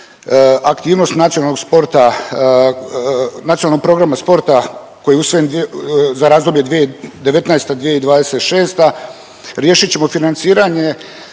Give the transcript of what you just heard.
sporta, nacionalnog programa sporta koji je usvojen za razdoblje 2019.-2026., riješit ćemo financiranje